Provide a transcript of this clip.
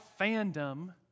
fandom